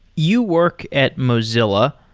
you work at mozilla.